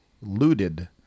looted